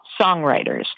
songwriters